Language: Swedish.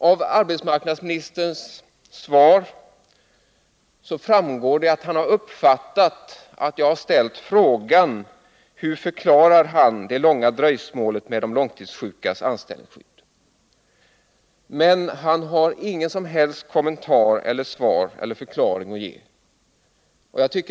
Av arbetsmarknadsministerns anförande framgår att han har uppfattat att jag har ställt frågan hur han förklarar det långa dröjsmålet med de långtidssjukas anställningsskydd. Men han har ingen som helst kommentar. Han har inget som helst svar att ge.